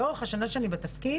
לאורך השנה שאני בתפקיד,